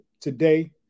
Today